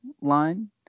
line